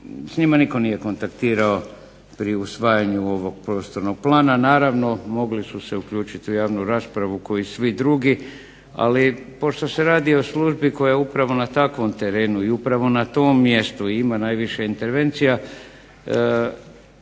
S njima nitko nije kontaktirao pri usvajanju ovog prostornog plana, naravno mogli su se uključiti u javnu raspravu kao i svi drugi, ali pošto se radi o službi koja je upravo na takvom terenu i upravo na tom mjestu ima najviše intervencija